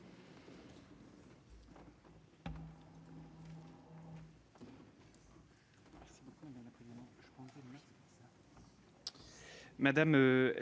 Merci,